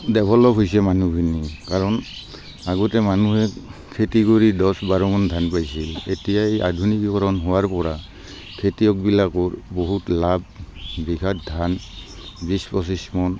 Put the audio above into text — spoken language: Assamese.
ডেভেল'প হৈছে মানুহখিনি কাৰণ আগতে মানুহে খেতি কৰি দহ বাৰ মোণ ধান পাইছিল এতিয়া এই আধুনিকীকৰণ হোৱাৰ পৰা খেতিয়কবিলাকৰ বহুত লাভ বিঘাত ধান বিশ পঁচিছ মোণ